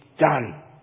done